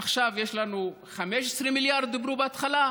עכשיו יש לנו 15 מיליארד שדיברו עליהם בהתחלה?